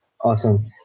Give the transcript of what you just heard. awesome